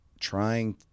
trying